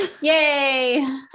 Yay